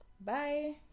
Bye